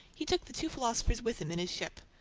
he took the two philosophers with him in his ship.